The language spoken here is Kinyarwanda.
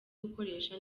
gukoresha